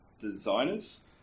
designers